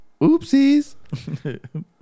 Oopsies